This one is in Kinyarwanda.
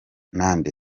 nde